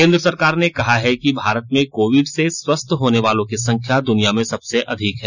केन्द्र सरकार ने कहा है कि भारत में कोविड से स्वस्थ होने वालों की संख्या दुनिया में सबसे अधिक है